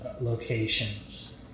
locations